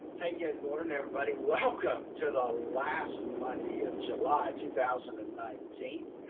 hey, good morning everybody. welcome to the last monday of july two thousand and nineteen